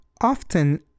Often